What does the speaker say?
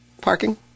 Parking